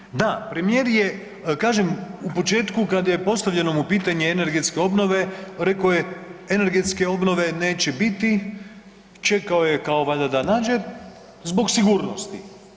Istina, da, premijer je, kažem u početku kad je postavljeno mu pitanje energetske obnove, rekao je energetske obnove neće biti, čekao je kao valjda da nađe, zbog sigurnosti.